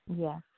Yes